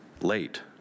late